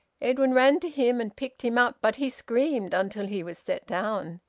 edwin ran to him, and picked him up. but he screamed until he was set down.